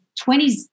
20s